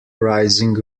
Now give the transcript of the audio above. rising